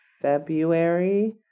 February